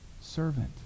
servant